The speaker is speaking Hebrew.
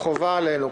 חובה עלינו,